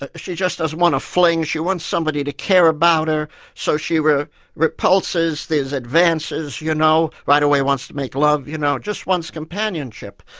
ah she just doesn't want a fling, she wants somebody to care about her so she repulses these advances, you know, right away wants to make love, you know, just wants companionship.